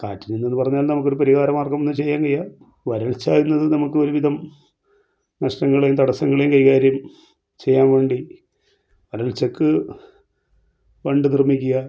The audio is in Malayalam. കാറ്റടീന്ന് പറഞ്ഞാൽ നമുക്കൊരു പരിഹാര മാർഗമെന്ന് വച്ച് കഴിഞ്ഞാൽ വരൾച്ചയിൽ നിന്ന് നമുക്കൊരു വിധം നഷ്ടങ്ങളെയും തടസ്സങ്ങളെയും കൈകാര്യം ചെയ്യാൻ വേണ്ടി വരൾച്ചക്ക് ബണ്ട് നിർമ്മിക്കുക